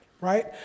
right